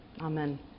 Amen